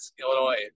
Illinois